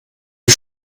die